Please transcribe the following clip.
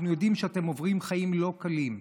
אנחנו יודעים שאתן עוברות חיים לא קלים,